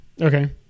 okay